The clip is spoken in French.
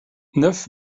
neuf